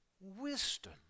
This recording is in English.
Wisdom